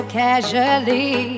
casually